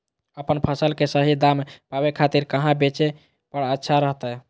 अपन फसल के सही दाम पावे खातिर कहां बेचे पर अच्छा रहतय?